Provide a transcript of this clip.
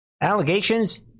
allegations